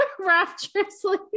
rapturously